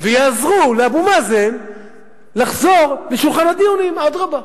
ויעזרו לאבו מאזן לחזור לשולחן הדיונים, אדרבה,